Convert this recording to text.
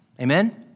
amen